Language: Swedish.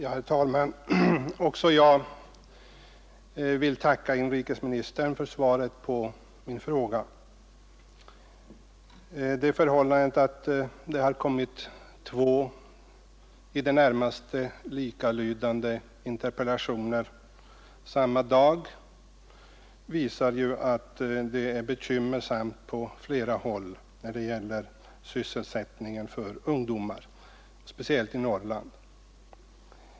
Herr talman! Också jag vill tacka inrikesministern för svaret på min interpellation. Det förhållandet att två i det närmaste likalydande interpellationer har framställts samtidigt visar ju att ungdomens sysselsättning är en bekymmersam fråga på flera håll, speciellt i Norrland.